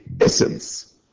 essence